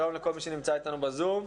שלום לכל מי שנמצא איתנו בזום.